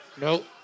Nope